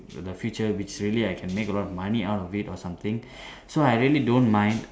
the future which really I can make a lot of money out of it or something so I really don't mind